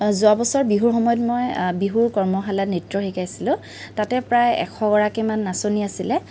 যোৱা বছৰ বিহুৰ সময়ত মই বিহুৰ কৰ্মশালাত নৃত্য শিকাইছিলোঁ তাতে প্ৰায় এশগৰাকীমান নাচনি আছিলে